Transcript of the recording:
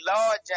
Lord